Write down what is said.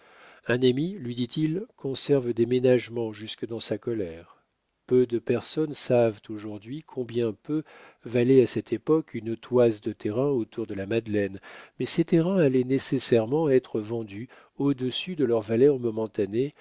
un ami lui dit-il conserve des ménagements jusque dans sa colère peu de personnes savent aujourd'hui combien peu valait à cette époque une toise de terrain autour de la madeleine mais ces terrains allaient nécessairement être vendus au-dessus de leur valeur momentanée